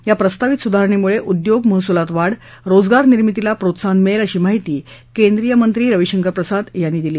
या प्रस्तावित सुधारणेमुळे उद्योग महसुलात वाढ रोजगारनिर्मितीला प्रोत्साहन मिळेल अशी माहिती केंद्रीयमंत्री रवीशंकर प्रसाद यांनी दिली